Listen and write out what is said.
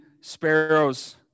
sparrows